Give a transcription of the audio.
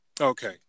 Okay